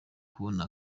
kubona